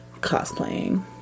cosplaying